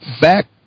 back